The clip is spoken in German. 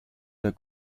der